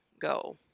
go